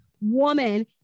woman